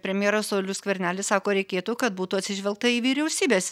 premjeras saulius skvernelis sako reikėtų kad būtų atsižvelgta į vyriausybės